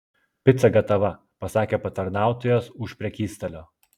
pica gatava pasakė patarnautojas už prekystalio